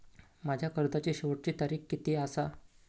माझ्या कर्जाची शेवटची तारीख किती आसा?